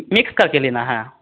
mix करके लेना है